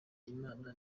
imana